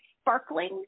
sparkling